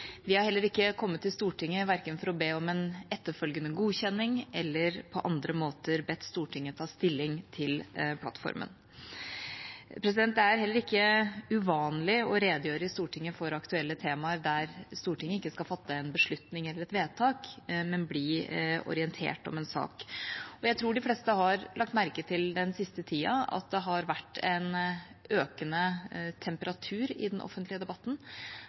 Vi har heller ikke kommet til Stortinget for å be om en etterfølgende godkjenning eller på andre måter bedt Stortinget ta stilling til plattformen. Det er heller ikke uvanlig å redegjøre i Stortinget for aktuelle temaer der Stortinget ikke skal fatte en beslutning eller et vedtak, men bli orientert om en sak. Jeg tror de fleste har lagt merke til at det den siste tida har vært en økende temperatur i den offentlige debatten.